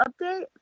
update